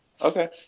Okay